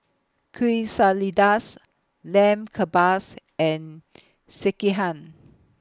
Lamb Kebabs and Sekihan